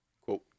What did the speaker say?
quote